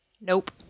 Nope